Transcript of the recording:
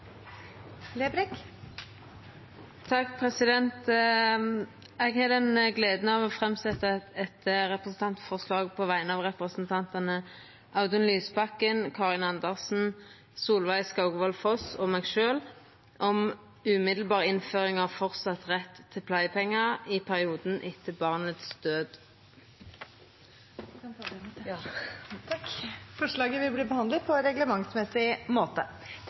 Lerbrekk vil fremsette et representantforslag. Eg har gleda av å setja fram eit representantforslag på vegner av representantane Audun Lysbakken, Karin Andersen, Solveig Skaugvoll Foss og meg sjølv om omgåande innføring av vidare rett til pleiepengar i perioden etter barnets død. Forslaget vil bli behandlet på reglementsmessig måte.